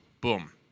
boom